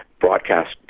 broadcast